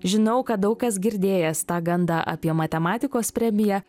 žinau kad daug kas girdėjęs tą gandą apie matematikos premiją